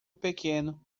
pequeno